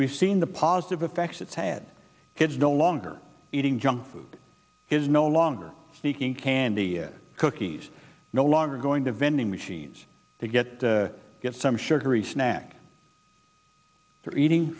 we've seen the positive effects it's had kids no longer eating junk food is no longer sneaking candy cookies no longer going to vending machines to get the get some sugary snack or eating